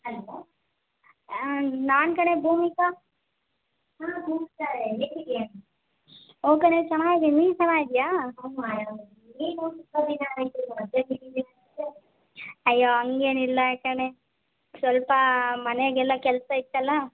ಆಂ ನಾನು ಕಣೆ ಭೂಮಿಕಾ ಹ್ಞೂ ಕಣೆ ಚೆನಾಗಿದಿನಿ ನೀನು ಚೆನ್ನಾಗಿದ್ಯಾ ಅಯ್ಯೋ ಹಂಗೇನಿಲ್ಲ ಕಣೆ ಸ್ವಲ್ಪ ಮನೆಯಾಗೆಲ್ಲ ಕೆಲಸ ಇತ್ತಲ್ಲ